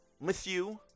Matthew